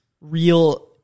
real